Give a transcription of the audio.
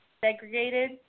segregated